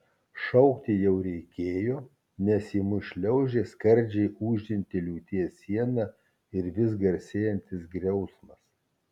šaukti jau reikėjo nes į mus šliaužė skardžiai ūžianti liūties siena ir vis garsėjantis griausmas